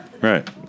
Right